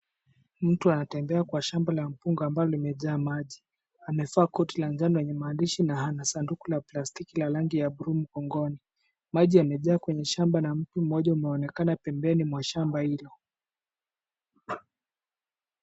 Mtu anatembea kwa shamba la mpunga ambalo limejaa maji, amevaa koti la njano lenye maandishi na ana sanduku la plastiki la rangi ya buluu mgongoni, maji yamejaa kwenye shamba na mti mmoja umeonekana pembeni mwa shamba hilo.